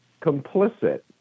complicit